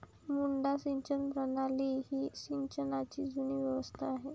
मुड्डा सिंचन प्रणाली ही सिंचनाची जुनी व्यवस्था आहे